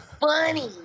Funny